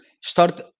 start